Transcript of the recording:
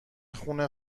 خونه